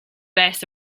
best